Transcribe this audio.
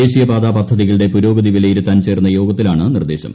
ദേശീയപാത പദ്ധതികളുടെ പുരോഗതി വിലയിരുത്താൻ ചേർന്ന യോഗത്തിലാണ് നിർദ്ദേശം